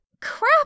Crap